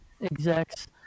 execs